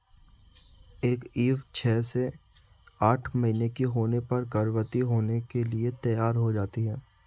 एक ईव छह से आठ महीने की होने पर गर्भवती होने के लिए तैयार हो जाती है